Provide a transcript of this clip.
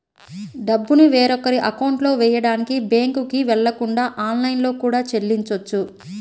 డబ్బుని వేరొకరి అకౌంట్లో వెయ్యడానికి బ్యేంకుకి వెళ్ళకుండా ఆన్లైన్లో కూడా చెల్లించొచ్చు